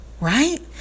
Right